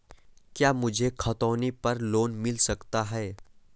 क्या मुझे खतौनी पर लोन मिल सकता है?